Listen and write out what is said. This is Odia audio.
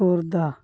ଖୋର୍ଦ୍ଧା